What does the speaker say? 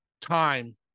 time